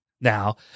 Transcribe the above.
now